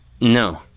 no